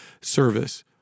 service